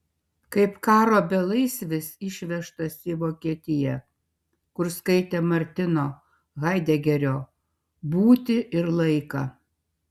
kaip karo belaisvis išvežtas į vokietiją kur skaitė martino haidegerio būtį ir laiką